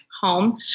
home